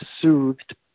soothed